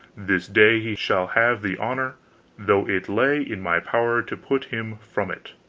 this day he shall have the honour though it lay in my power to put him from it,